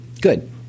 Good